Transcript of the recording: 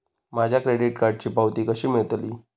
माझ्या क्रेडीट कार्डची पावती कशी मिळतली?